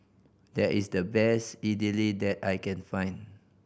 there is the best Idili that I can find